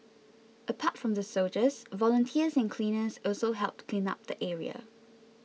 apart from the soldiers volunteers and cleaners also helped clean up the area